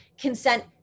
consent